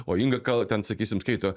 o inga gal ten sakysim skaito